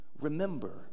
remember